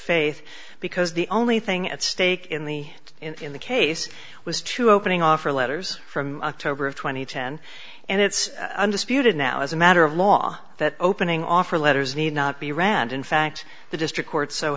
faith because the only thing at stake in the in the case was to opening offer letters from october of two thousand and ten and it's undisputed now as a matter of law that opening offer letters need not be rand in fact the district court so